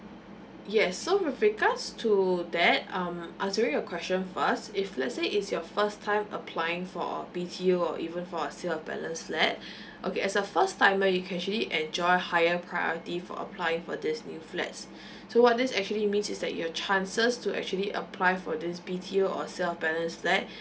yes so with regards to that um answering your question first if let's say it's your first time applying for a B_T_O or even for a sale of balance flat okay as a first timer you can actually enjoy higher priority for applying for these new flats so what this actually mean is that your chances to actually apply for this B_T_O or sale of balance flat